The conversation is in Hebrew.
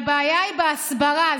הבעיה היא בהסברה.